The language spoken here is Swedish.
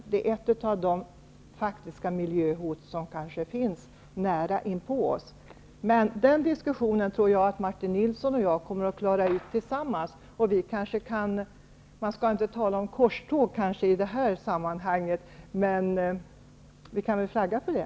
Det är ett av de faktiska miljöhot som finns nära inpå oss. Den diskussionen tror jag Martin Nilsson och jag kommer att klara ut tillsammans. Man skall inte tala om korståg i detta sammanhang, men vi kan väl flagga för det.